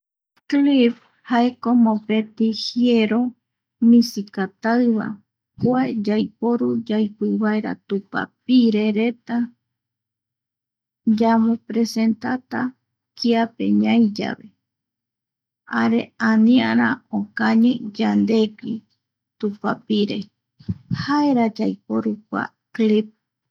Clip jaeko mopeti jiero misi katai va, kua yaiporu yaipi vaera tupapire reta yamopresentata kiape ñaï yave, jare aniara okañi yandegui tupapire jaera yaiporu kua cip.